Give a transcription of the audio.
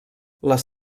les